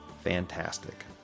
fantastic